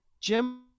jim